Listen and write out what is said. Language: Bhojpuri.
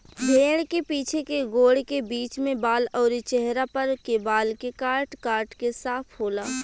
भेड़ के पीछे के गोड़ के बीच में बाल अउरी चेहरा पर के बाल के काट काट के साफ होला